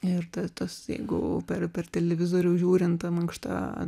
ir tada tasai gu per per televizorių žiūrint mankštą